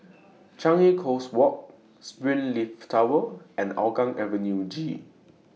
Changi Coast Walk Springleaf Tower and Hougang Avenue G